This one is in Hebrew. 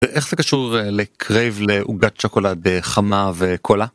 איך זה קשור לקרייב לעוגת שוקולד חמה וקולה.